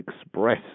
express